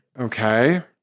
Okay